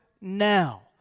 now